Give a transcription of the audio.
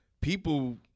people